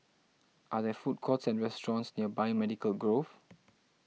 are there food courts and restaurants near Biomedical Grove